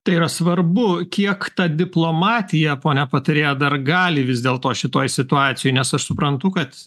tai yra svarbu kiek ta diplomatija pone patarėja dar gali vis dėl to šitoj situacijoj nes aš suprantu kad